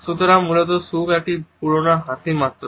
সুতরাং মূলত সুখ একটি বড় পুরানো হাসি মাত্র